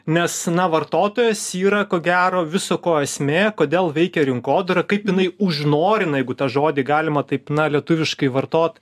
nes na vartotojas yra ko gero viso ko esmė kodėl veikia rinkodara kaip jinai užnorina jeigu tą žodį galima taip na lietuviškai vartot